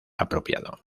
apropiado